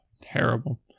Terrible